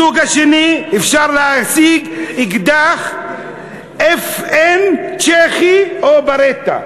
הסוג השני, אפשר להשיג אקדח FN צ'כי, או "ברטה".